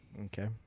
Okay